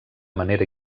manera